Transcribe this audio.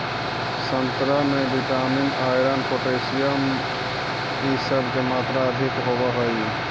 संतरा में vitamin, iron, potassium इ सब के मात्रा अधिक होवऽ हई